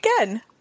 Again